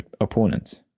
opponents